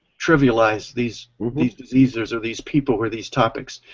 trivialize these these diseases, or these people, or these topics,